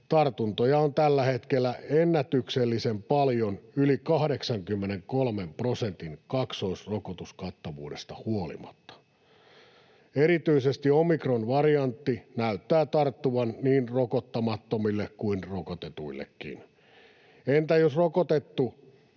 Tartuntoja on tällä hetkellä ennätyksellisen paljon yli 83 prosentin kaksoisrokotuskattavuudesta huolimatta. Erityisesti omikronvariantti näyttää tarttuvan niin rokottamattomille kuin rokotetuillekin. Entä jos rokotettu